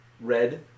Red